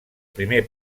primer